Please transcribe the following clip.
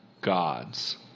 gods